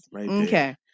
Okay